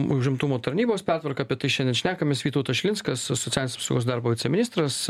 užimtumo tarnybos pertvarka apie tai šiandien šnekamės vytautas šilinskas socialinės apsaugos ir darbo viceministras